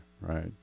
right